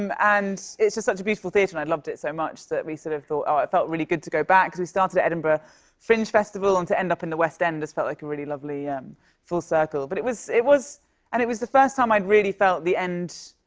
um and it's just such a beautiful theater, and i loved it so much that we sort of thought oh, it felt really good to go back, cause we started at edinburgh fringe festival. and to end up in the west end just felt like a really lovely um full circle. but it was it was and it was the first time i'd really felt the end